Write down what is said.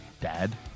dad